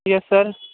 yes sir